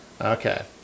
Okay